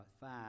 five